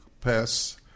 pass